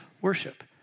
worship